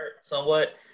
somewhat